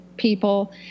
people